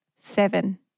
Seven